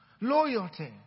Loyalty